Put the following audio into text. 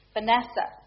Vanessa